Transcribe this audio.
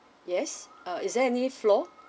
yes uh is there any floor